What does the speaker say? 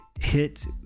hit